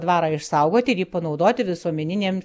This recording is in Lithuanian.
dvarą išsaugoti ir jį panaudoti visuomeniniem